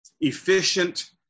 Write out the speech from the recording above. efficient